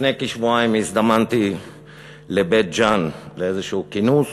לפני כשבועיים הזדמנתי לבית-ג'ן לאיזה כינוס